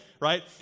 right